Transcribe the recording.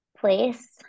place